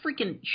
freaking